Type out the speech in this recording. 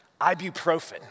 ibuprofen